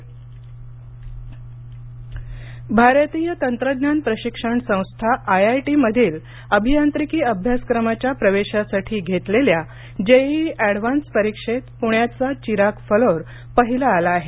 JEE advanced निकाल भारतीय तंत्रज्ञान प्रशिक्षण संस्था आयआयटीमधील अभियांत्रिकी अभ्यासक्रमाच्या प्रवेशासाठी घेतलेल्या जेइइ ऍडव्हान्स परीक्षेत पुण्याचा चिराग फलोर पहिला आला आहे